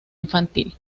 infantil